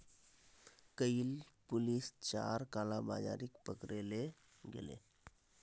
कइल पुलिस चार कालाबाजारिक पकड़े ले गेले